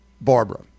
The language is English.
Barbara